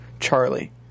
Charlie